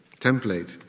template